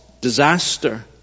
disaster